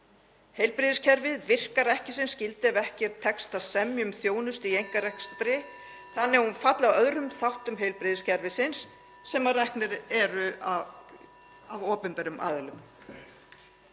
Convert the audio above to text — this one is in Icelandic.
Heilbrigðiskerfið virkar ekki sem skyldi ef ekki tekst að semja um þjónustu í einkarekstri þannig að hún falli að öðrum þáttum heilbrigðiskerfisins sem reknir eru af opinberum aðilum.